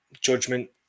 judgment